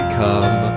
come